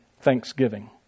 thanksgiving